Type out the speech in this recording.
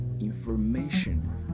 information